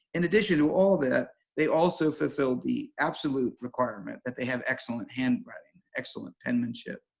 in addition to all that they also fulfilled the absolute requirement that they have excellent handwriting, excellent penmanship,